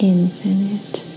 Infinite